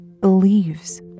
believes